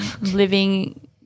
living